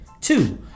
Two